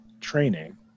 training